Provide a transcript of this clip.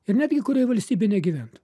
ir netgi kurioj valstybėj negyventų